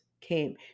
came